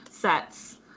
sets